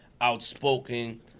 Outspoken